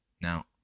Now